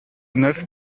neuf